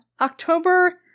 October